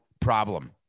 problem